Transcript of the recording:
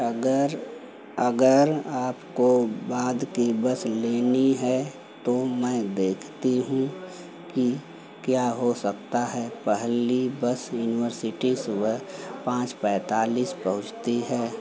अगर अगर आपको बाद की बस लेनी है तो मैं देखती हूँ कि क्या हो सकता है पहली बस यूनिवर्सिटी सुबह पाँच पैंतालीस पहुँचती है